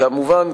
כמובן,